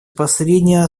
последние